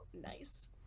nice